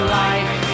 life